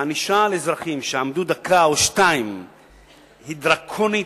שהענישה של אזרחים שעמדו דקה או שתיים היא דרקונית,